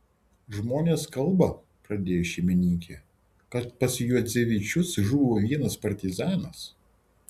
žmonės kalba pradėjo šeimininkė kad pas juodzevičius žuvo vienas partizanas